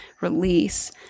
release